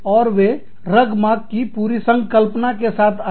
और वे रगमार्क की पूरी संकल्पना के साथ आए